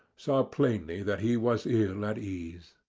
saw plainly that he was ill at ease.